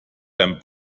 beim